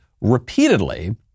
repeatedly